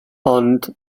ond